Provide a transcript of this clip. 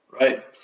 Right